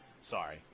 Sorry